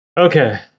okay